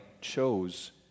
chose